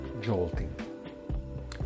jolting